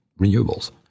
renewables